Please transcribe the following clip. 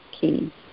key